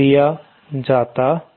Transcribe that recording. दिया जाता है